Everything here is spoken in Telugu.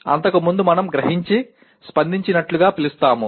అంతకుముందు మనం గ్రహించి ప్రతిస్పందించినట్లుగా పిలుస్తాము